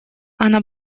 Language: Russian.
она